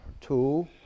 two